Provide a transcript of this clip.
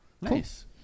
Nice